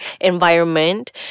environment